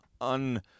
un-